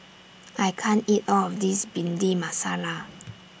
I can't eat All of This Bhindi Masala